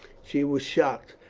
she was shocked,